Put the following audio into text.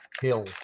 Hill